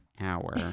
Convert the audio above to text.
Hour